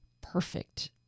perfect